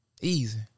Easy